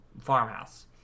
farmhouse